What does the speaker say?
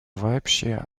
вообще